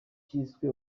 cyiswe